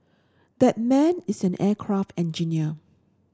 that man is an aircraft engineer